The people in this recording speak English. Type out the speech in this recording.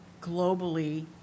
globally